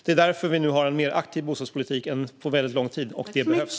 Det är därför vi nu har en mer aktiv bostadspolitik än på väldigt lång tid. Det behövs.